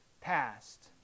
past